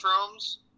mushrooms